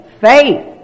faith